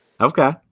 Okay